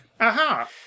Aha